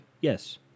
Yes